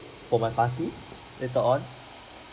for my party later on